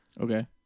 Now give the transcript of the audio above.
Okay